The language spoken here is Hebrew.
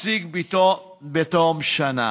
התקצוב לא היה מפסיק פתאום בתום שנה.